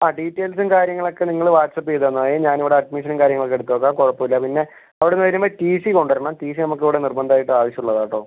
ആ ഡീറ്റെയിൽസും കാര്യങ്ങൾ ഒക്കെ നിങ്ങൾ വാട്ട്സ്ആപ്പ് ചെയ്ത് തന്നാൽ മതി ഞാൻ ഇവിടെ അഡ്മിഷനും കാര്യങ്ങൾ ഒക്കെ എടുത്ത് വയ്ക്കാം കുഴപ്പം ഇല്ല പിന്നെ അവിടെനിന്ന് വരുമ്പോൾ ടി സി കൊണ്ടുവരണം ടി സി നമുക്ക് ഇവിടെ നിർബന്ധം ആയിട്ടും ആവശ്യം ഉള്ളതാണ് കേട്ടോ